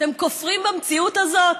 אתם כופרים במציאות הזאת?